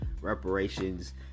reparations